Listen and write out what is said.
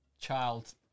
child